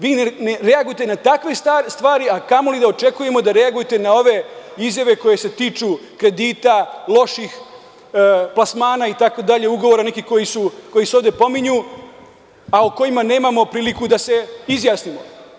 Vi ne reagujete na takve stvari, a kamoli da očekujemo da reagujete na ove izjave koje se tiču kredita, loših plasmana itd, nekih ugovora koji se ovde pominju, a o kojima nemamo priliku da se izjasnimo.